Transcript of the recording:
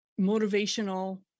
motivational